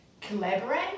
collaborate